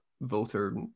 voter